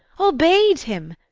obey'd him?